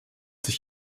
sich